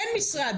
אין משרד,